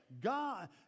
God